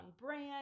brand